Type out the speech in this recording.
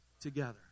together